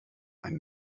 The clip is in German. ein